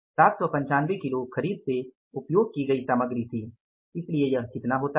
795 kilo खरीद से उपयोग की गई सामग्री थी इसलिए यह कितना होता है